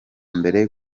mbere